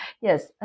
Yes